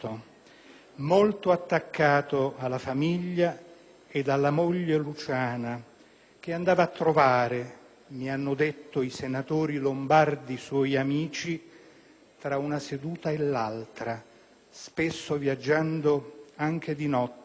molto attaccato alla famiglia e alla moglie Luciana, che andava a trovare - mi hanno detto i senatori lombardi suoi amici - tra una seduta e l'altra, spesso viaggiando anche di notte,